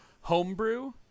homebrew